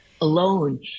alone